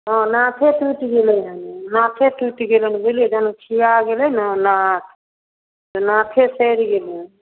हँ नाथे टुटि गेलै जानु नाथे टुटि गेलन बुललियै जानु खिआ गेलनि नाथ नाथे सड़ि गेलनि